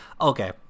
Okay